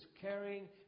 carrying